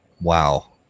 Wow